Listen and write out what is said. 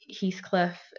Heathcliff